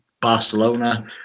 Barcelona